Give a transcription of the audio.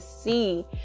see